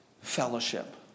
fellowship